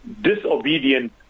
disobedient